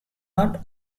not